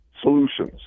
solutions